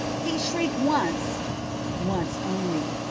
he shrieked once once only.